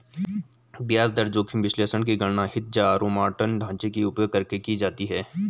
ब्याज दर जोखिम विश्लेषण की गणना हीथजारोमॉर्टन ढांचे का उपयोग करके की जाती है